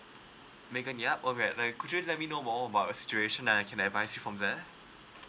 megan yap okay could you let me know more about a situation then I can advice your from there